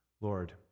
Lord